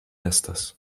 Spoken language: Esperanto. estas